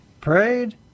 prayed